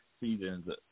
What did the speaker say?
seasons